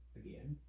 again